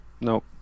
Nope